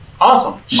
Awesome